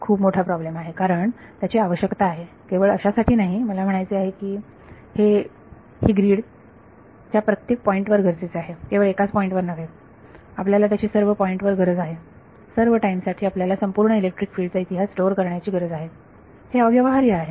तो खूप मोठा प्रॉब्लेम आहे कारण त्याची आवश्यकता आहे केवळ अशासाठी नाही मला म्हणायचे आहे हे ही ग्रीड च्या प्रत्येक पॉईंट वर गरजेचे आहे केवळ एकाच पॉईंट वर नव्हे आपल्याला त्याची सर्व पॉईंट वर गरज आहे सर्व टाईम साठी आपल्याला संपूर्ण इलेक्ट्रिक फील्ड चा इतिहास स्टोर करण्याची गरज आहे हे अव्यवहार्य आहे